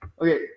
Okay